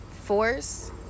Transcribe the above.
force